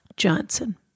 Johnson